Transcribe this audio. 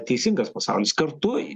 teisingas pasaulis kartu